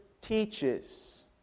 teaches